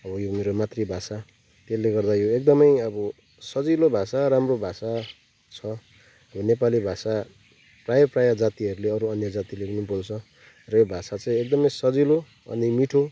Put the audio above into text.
हो यो मेरो मातृ भाषा त्यसले गर्दा यो एकदमै अब सजिलो भाषा राम्रो भाषा छ यो नेपाली भाषा प्राय प्राय जातिहरूले अरू अन्य जातिले पनि बोल्छ र यो भाषा चाहिँ एकदमै सजिलो अनि मिठो